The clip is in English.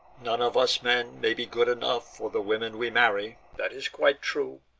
none of us men may be good enough for the women we marry that is quite true